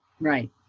right